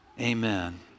amen